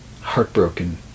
heartbroken